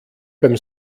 beim